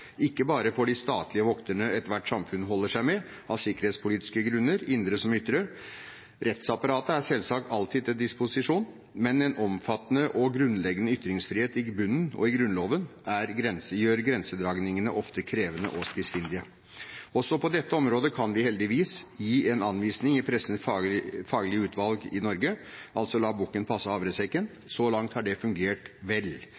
ikke bare for de statlige vokterne ethvert samfunn holder seg med, av sikkerhetspolitiske grunner, indre som ytre. Rettsapparatet er selvsagt alltid til disposisjon, men en omfattende og grunnleggende ytringsfrihet i bunnen og i Grunnloven gjør grensedragningene ofte krevende og spissfindige. Også på dette området kan vi – heldigvis – gi en anvisning i Pressens Faglige Utvalg i Norge, altså la bukken passe havresekken. Så langt har det fungert vel.